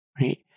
right